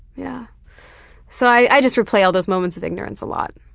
yeah so i just replay all those moments of ignorance a lot,